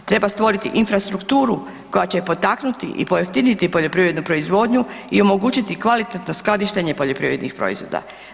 Treba stvoriti infrastrukturu koja će potaknuti i pojeftiniti poljoprivrednu proizvodnju i omogućiti kvalitetno skladištenje poljoprivrednih proizvoda.